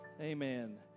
Amen